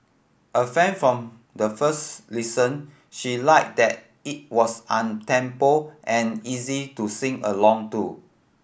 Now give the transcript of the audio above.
a fan from the first listen she liked that it was temple and easy to sing along to